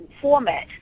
format